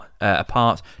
apart